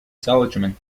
seligman